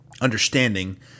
understanding